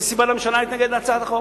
אין סיבה לממשלה להתנגד להצעת החוק.